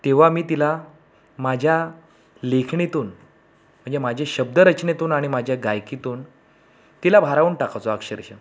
तेव्हा मी तिला माझ्या लेखणीतून म्हणजे माझे शब्दरचनेतून आणि माझ्या गायकीतून तिला भारावून टाकाचो अक्षरश